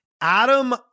Adam